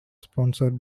sponsored